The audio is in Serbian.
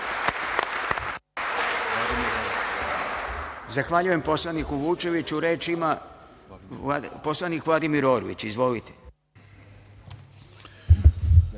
Zahvaljujem poslaniku Vučeviću. Reč ima poslanik Vladimir Orlić. **Vladimir